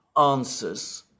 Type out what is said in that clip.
answers